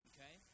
Okay